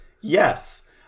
Yes